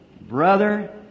Brother